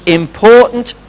important